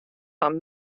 fan